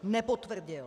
Nepotvrdil!